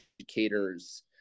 educators